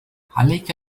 عليك